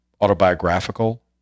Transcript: autobiographical